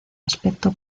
aspecto